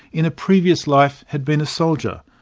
in a previous life, had been a soldier.